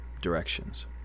directions